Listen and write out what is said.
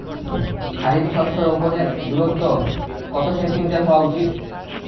খারিফ শস্য রোপনের দূরত্ব কত সেন্টিমিটার হওয়া উচিৎ?